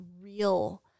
real